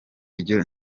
ryo